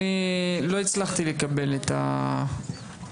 אני לא הצלחתי לקבל את הרעיון,